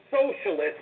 socialist